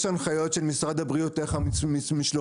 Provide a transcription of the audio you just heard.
יש הנחיות של משרד הבריאות איך המשלוחים